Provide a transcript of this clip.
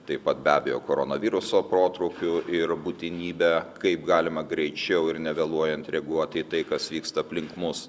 taip pat be abejo koronaviruso protrūkiu ir būtinybe kaip galima greičiau ir nevėluojant reaguoti į tai kas vyksta aplink mus